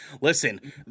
listen